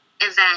event